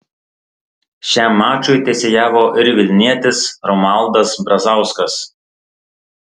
šiam mačui teisėjavo ir vilnietis romualdas brazauskas